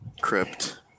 crypt